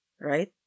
right